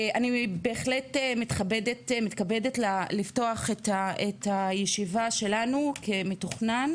אני בהחלט מתכבדת לפתוח את הישיבה שלנו כמתוכנן